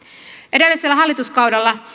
edellisellä hallituskaudella